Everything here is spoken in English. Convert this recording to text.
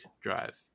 drive